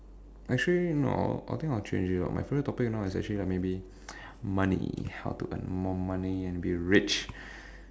actually no I think I will change it out my favorite topic now is actually like maybe money how to earn more money and be rich